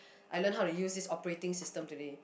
I learn how to use this operating system today